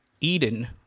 Eden